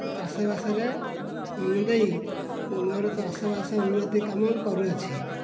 ଚାଷବାସରେ ମନ ଦେଇ ମୋର ଚାଷବାସ ଉନ୍ନତି କାମ କରୁଅଛି